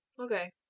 Okay